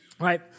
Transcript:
Right